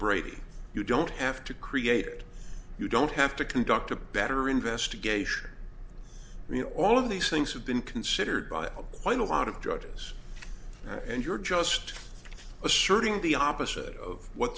brady you don't have to create it you don't have to conduct a better investigation you know all of these things have been considered by quite a lot of judges and you're just asserting the opposite of what